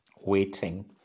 Waiting